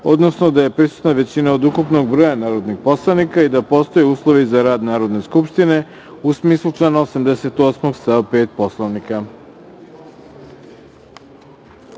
odnosno da je prisutna većina od ukupnog broja narodnih poslanika i da postoje uslovi za rad Narodne skupštine u smislu člana 88. stav 5.